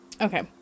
Okay